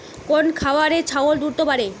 কোন খাওয়ারে ছাগল দ্রুত বাড়ে?